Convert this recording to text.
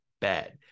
bad